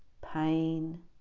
pain